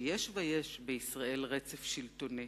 שיש ויש בישראל רצף שלטוני